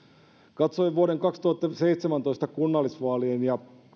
katsoin vuoden kaksituhattaseitsemäntoista kunnallisvaalien ja